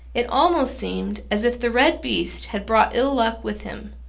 it almost seemed as if the red beast had brought ill luck with him.